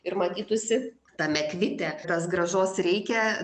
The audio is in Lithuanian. ir matytųsi tame kvite tas grąžos reikia